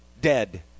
dead